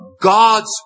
God's